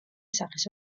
სახის